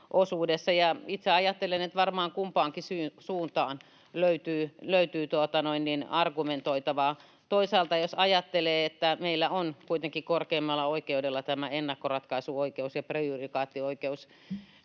Itse ajattelen, että varmaan kumpaankin suuntaan löytyy argumentoitavaa. Toisaalta, jos ajattelee, niin meillä on kuitenkin korkeimmalla oikeudella tämä ennakkoratkaisuoikeus, prejudikaattioikeus.